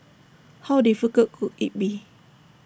how difficult could IT be